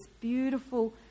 beautiful